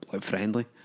friendly